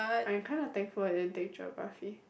I'm kinda thankful I didn't take geography